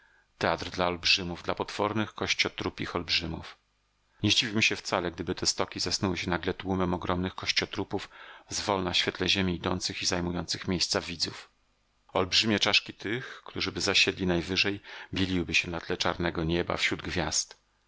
teatr dla olbrzymów dla potwornych kościotrupich olbrzymów nie zdziwiłbym się wcale gdyby te stoki zasnuły się nagle tłumem ogromnych kościotrupów zwolna w świetle ziemi idących i zajmujących miejsca widzów olbrzymie czaszki tych którzyby zasiedli najwyżej bieliłyby się na tle czarnego nieba wśród gwiazd